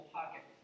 pocket